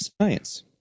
science